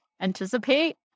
anticipate